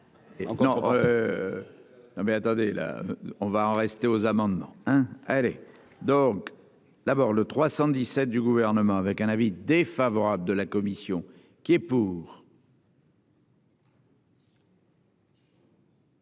Non mais attendez, là on va en rester aux amendements hein allez donc d'abord le 317 du gouvernement avec un avis défavorable de la commission qui est pour.